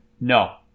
No